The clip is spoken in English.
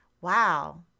Wow